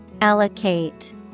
Allocate